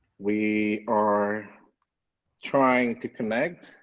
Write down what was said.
we are trying to connect.